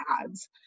ads